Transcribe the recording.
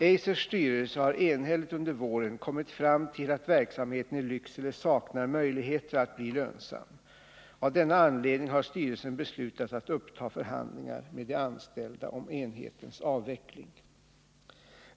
Eisers styrelse har enhälligt under våren kommit fram till att verksamheten i Lycksele saknar möjligheter att bli lönsam. Av denna anledning har styrelsen beslutat att uppta förhandlingar med de anställda om enhetens avveckling.